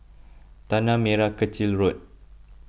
Tanah Merah Kechil Road